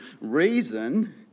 reason